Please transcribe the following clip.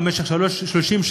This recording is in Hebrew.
במשך 30 שנה,